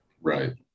Right